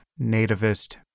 nativist